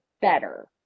better